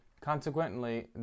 Consequently